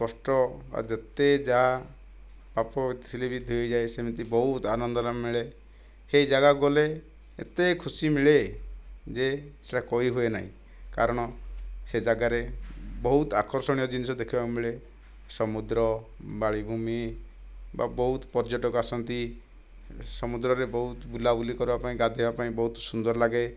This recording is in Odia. କଷ୍ଟ ବା ଯେତେ ଯାହା ପାପ ଥିଲେ ବି ଦୁରେଇ ଯାଏ ସେମିତି ବହୁତ ଆନନ୍ଦନା ମିଳେ ସେଇ ଜାଗାକୁ ଗଲେ ଏତେ ଖୁସି ମିଳେ ଯେ ସେଇଟା କହି ହୁଏନାହିଁ କାରଣ ସେ ଜାଗାରେ ବହୁତ ଆକର୍ଷଣୀୟ ଜିନିଷ ଦେଖିବାକୁ ମିଳେ ସମୁଦ୍ର ବାଲିଭୂମି ବା ବହୁତ ପର୍ଯ୍ୟଟକ ଆସନ୍ତି ସମୁଦ୍ରରେ ବହୁତ ବୁଲାବୁଲି କରିବା ପାଇଁ ଗାଧୋଇବା ପାଇଁ ବହୁତ ସୁନ୍ଦର ଲାଗେ